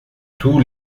tous